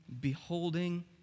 beholding